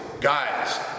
guys